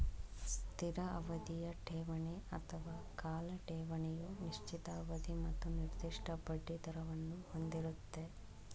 ಸ್ಥಿರ ಅವಧಿಯ ಠೇವಣಿ ಅಥವಾ ಕಾಲ ಠೇವಣಿಯು ನಿಶ್ಚಿತ ಅವಧಿ ಮತ್ತು ನಿರ್ದಿಷ್ಟ ಬಡ್ಡಿದರವನ್ನು ಹೊಂದಿರುತ್ತೆ